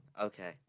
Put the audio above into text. Okay